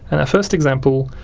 and our first example